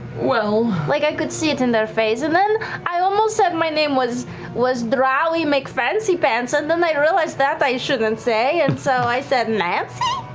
well laura like i could see it in their face, and then i almost said my name was was drowy mcfancypants and then i realized that i shouldn't say and so i said nancy?